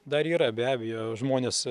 dar yra be abejo žmonės